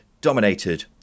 dominated